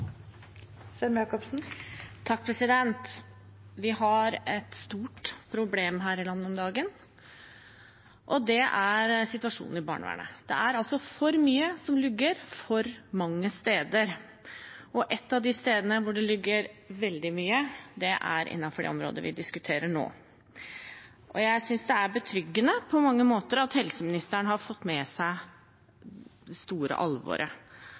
situasjonen i barnevernet. Det er for mye som lugger for mange steder, og et av de stedene hvor det lugger veldig mye, er innenfor det området vi diskuterer nå. Jeg synes det er betryggende på mange måter at helseministeren har fått med seg det store alvoret,